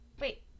Wait